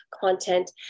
content